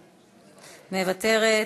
מוותרת.